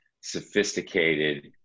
sophisticated